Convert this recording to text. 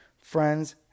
friends